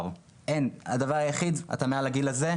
בכל פונקציה כזאת בטבלת השכר,